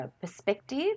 perspective